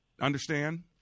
Understand